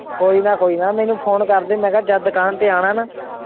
ਕੋਈ ਨਾ ਕੋਈ ਨਾ ਮੈਨੂੰ ਫ਼ੋਨ ਕਰ ਦਿਓ ਮੈਂ ਕਿਹਾ ਜਦ ਦੁਕਾਨ 'ਤੇ ਆਉਣਾ ਨਾ